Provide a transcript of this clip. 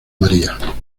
maría